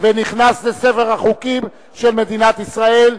57 בעד, אין מתנגדים, אין נמנעים.